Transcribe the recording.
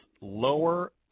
lower